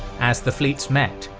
as the fleets met,